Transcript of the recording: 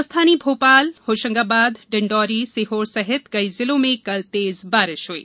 राजधानी भोपाल होशंगाबाद डिंडोरी सीहोर सहित कई जिलों में कल तेज बारिश हुई